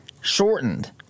shortened